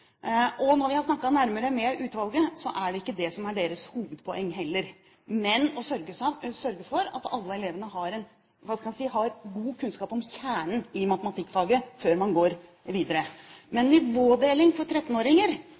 Når vi har snakket nærmere med utvalget, er det ikke det som er deres hovedpoeng heller, men å sørge for at alle elevene har en – hva skal en si – god kunnskap om kjernen i matematikkfaget før de går videre. Nivådeling for